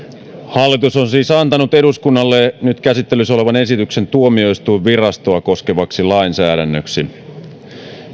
hallitus on siis antanut eduskunnalle nyt käsittelyssä olevan esityksen tuomioistuinvirastoa koskevaksi lainsäädännöksi